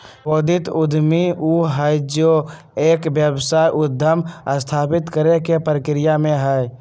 नवोदित उद्यमी ऊ हई जो एक व्यावसायिक उद्यम स्थापित करे के प्रक्रिया में हई